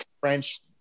French